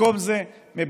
במקום זה מבזבזים,